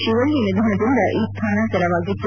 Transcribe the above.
ಶಿವಳ್ಳಿ ನಿಧನದಿಂದ ಈ ಸ್ಥಾನ ತೆರವಾಗಿತ್ತು